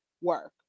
work